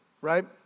right